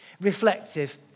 reflective